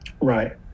right